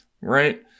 Right